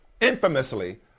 infamously